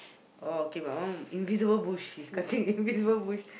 orh okay my one invisible bush he's cutting invisible bush